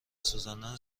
سوزاندن